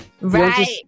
Right